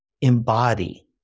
embody